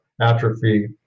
atrophy